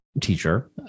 teacher